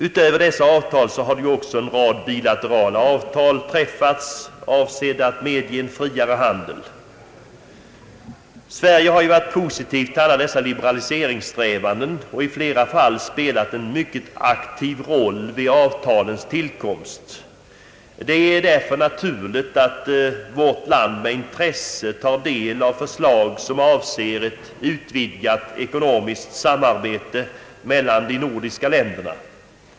Utöver dessa avtal har ju också en rad bilaterala avtal träffats, avsedda att medge en friare handel. Sverige har varit positivt till alla dessa = liberaliseringssträvanden och i flera fall spelat en mycket aktiv roll vid avtalens tillkomst. Det är därför naturligt att vårt land med intresse tar del av förslag som avser ett utvidgat ekonomiskt samarbete mellan de nordiska länderna.